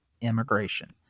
immigration